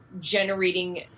generating